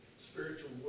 spiritual